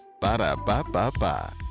Ba-da-ba-ba-ba